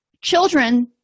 children